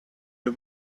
you